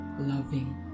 loving